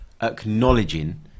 acknowledging